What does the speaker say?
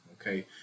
okay